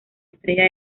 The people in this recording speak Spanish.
estrella